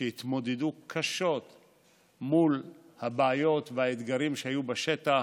שהתמודדו קשות מול הבעיות והאתגרים שהיו בשטח,